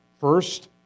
First